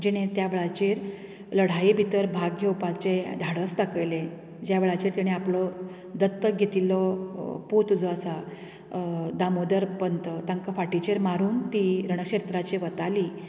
जिणे त्या वेळाचेर लडाई भितर भाग घेवपाचे धाडस दाखयलें ज्या वेळाचेर तिणें आपलो दत्तक घेतिल्लो पूत जो आसा दामोदर पंत तांका फाटिचेर मारुन ती रण क्षेत्रांचेर वताली